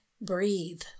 breathe